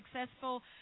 successful